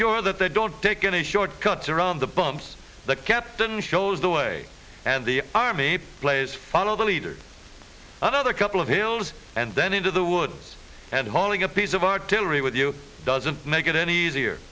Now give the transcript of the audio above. sure that they don't take any shortcuts around the bumps the captain shows the way and the army plays follow the leader another couple of hills and then into the woods and hauling a piece of artillery with you doesn't make it any easier